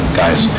guys